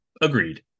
Agreed